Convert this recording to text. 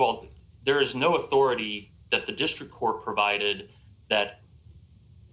of all there is no authority that the district court provided that